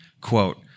quote